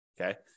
Okay